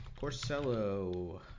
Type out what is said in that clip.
Porcello